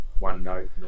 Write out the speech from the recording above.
OneNote